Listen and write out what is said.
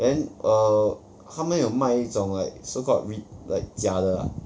then err 他们有卖一种 like so called rep~ like 假的 ah